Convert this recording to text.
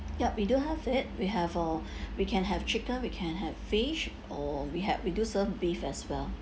yup we do have it we have uh we can have chicken we can have fish or we had we do serve beef as well